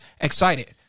excited